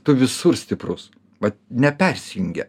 tu visur stiprus vat nepersijungia